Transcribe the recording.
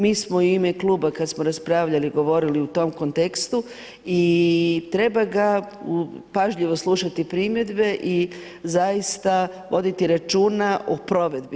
Mi smo u ime kluba, kada smo raspravljali, govorili u tom kontekstu i treba ga pažljivo slušati primjedbe i zaista, voditi računa o provedbi.